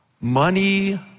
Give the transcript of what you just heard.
Money